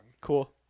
Cool